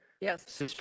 Yes